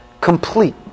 complete